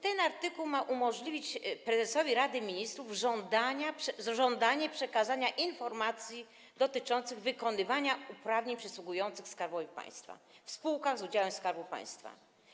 Ten artykuł ma umożliwić prezesowi Rady Ministrów żądanie przekazania informacji dotyczących wykonywania uprawnień przysługujących Skarbowi Państwa w spółkach z udziałem Skarbu Państwa.